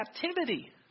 captivity